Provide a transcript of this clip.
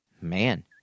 Man